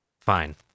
fine